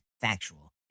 factual